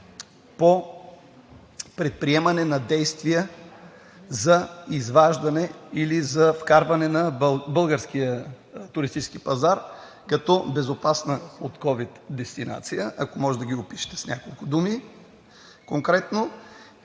по предприемане на действия за изваждане или за вкарване на българския туристически пазар като безопасна от ковид дестинация – ако може, конкретно да ги опишете с няколко думи? Втори